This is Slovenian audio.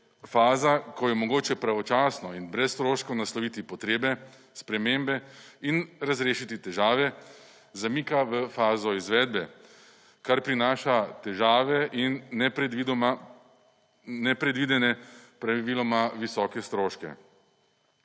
faza, ko je mogoče pravočasno in brez stroškov nasloviti potrebe, spremembe in razrešiti težave zamika v fazo izvedbe, kar prinaša težave in nepredvidene praviloma visoke stroške.